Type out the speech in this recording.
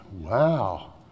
Wow